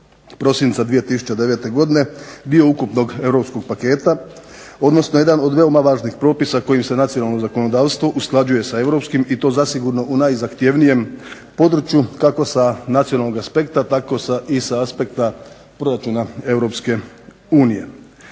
prosinca 2009. godine dio ukupnog europskog paketa, odnosno jedan od veoma važnih propisa kojim se nacionalno zakonodavstvo usklađuje s europskim i to zasigurno u najzahtjevnijem području, kako sa nacionalnog aspekta tako i sa aspekta proračuna